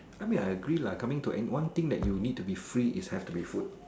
I mean I agree lah coming to mind one thing that you want to be free it has to be food